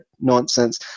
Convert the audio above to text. nonsense